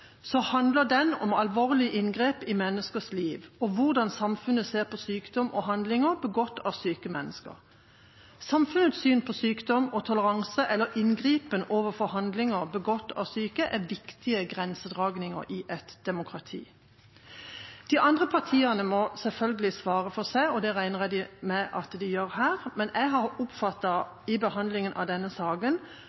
handler den om alvorlige inngrep i menneskers liv og hvordan samfunnet ser på sykdom og på handlinger begått av syke mennesker. Samfunnets syn på sykdom og toleranse eller inngripen overfor handlinger begått av syke er viktige grensedragninger i et demokrati. De andre partiene må selvfølgelig svare for seg – og det regner jeg med at de gjør – men jeg har